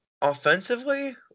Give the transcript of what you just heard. offensively